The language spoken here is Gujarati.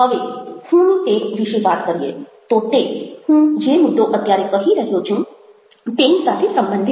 હવે હુંની ટેવ વિશે વાત કરીએ તો તે હું જે મુદ્દો અત્યારે કહી રહ્યો છું તેની સાથે સંબંધિત છે